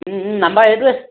number এইটোৱে